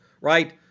right